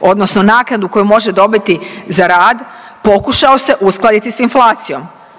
odnosno naknadu koju može dobiti za rad pokušao se uskladiti sa inflacijom.